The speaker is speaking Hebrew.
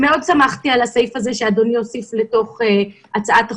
אני מאוד שמחתי על הסעיף הזה שאדוני הוסיף לתוך הצעת החוק.